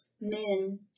men